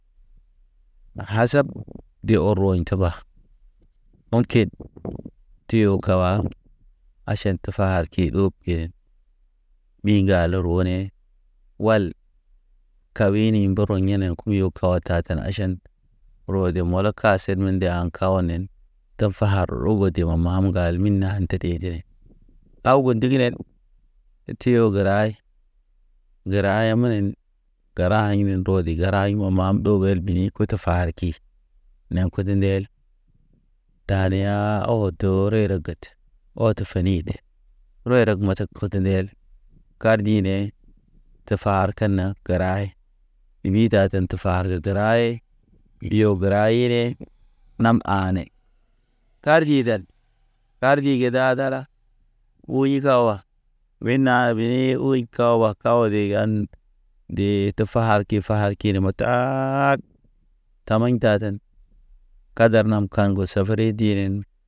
Na hasab de ɔr rɔɲ təba On ket ty yo kaba. Aʃan te far ki ɗob ke ɓi ŋgale rɔne wal kawini mboro yenen kum yo kawa tatan aʃan. Ro de molo ka set min de ankawa nen Te far rogo dimam mam ŋgal, bal min anded ede ne. Aw go ndiginen ty yo gəra, gəra ya menen. Gəra aɲ me rode gəra aɲ me mam ndo ɗo el bini kut far ki, ne kudu ndel. Ta ne ya awe to reyre get. Ɔt te fini de rɔya rak matʃak futu ndeel kar ɗi nee te far kene gəra he. Wuy taten te far ke gəra he, yo gəra hine nam ane. Tar di den tar di ge da dala, u yikawa, wuyina bini wuy kawa kawa degan. Dee te far ki far kine moto, Taag tamaɲ taten kadar nam kaŋ ŋgo safari dinen.